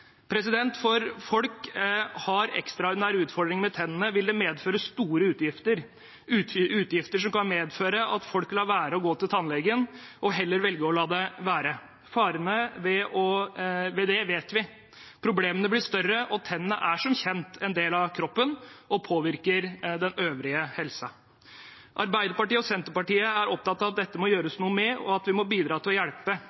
For folk som har ekstraordinære utfordringer med tennene, vil det medføre store utgifter som kan føre til at folk lar være å gå til tannlegen og heller velger å la det være. Farene ved det vet vi: Problemene blir større, og tennene er som kjent en del av kroppen og påvirker den øvrige helsen. Arbeiderpartiet og Senterpartiet er opptatt av at dette må